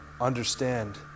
understand